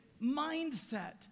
mindset